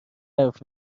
حرف